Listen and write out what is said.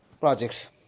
projects